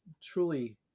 truly